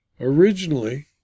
Originally